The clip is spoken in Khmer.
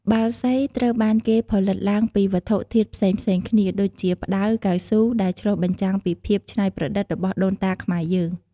បាល់សីត្រូវបានគេផលិតឡើងពីវត្ថុធាតុផ្សេងៗគ្នា ដូចជា ផ្ដៅ កៅស៊ូ ឬផ្លែឈើស្ងួតមួយចំនួន ដែលឆ្លុះបញ្ចាំងពីភាពច្នៃប្រឌិតរបស់ដូនតាខ្មែរយើង។